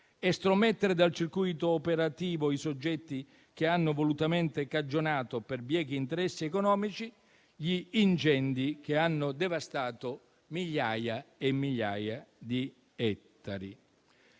estromettere dal circuito operativo i soggetti che hanno volutamente cagionato, per biechi interessi economici, gli incendi che hanno devastato migliaia e migliaia di ettari.